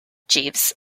jeeves